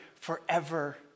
forever